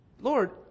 Lord